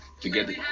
Together